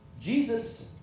Jesus